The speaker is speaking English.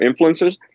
influencers